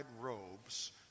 robes